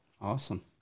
awesome